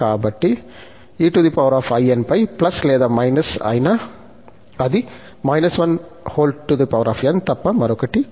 కాబట్టి einπ లేదా అయినా అది −1 n తప్ప మరొకటి కాదు